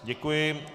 . Děkuji.